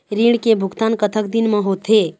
ऋण के भुगतान कतक दिन म होथे?